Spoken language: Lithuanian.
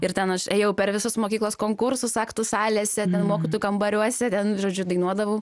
ir ten aš ėjau per visus mokyklos konkursus aktų salėse mokytojų kambariuose ten žodžiu dainuodavau